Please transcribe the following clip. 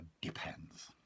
depends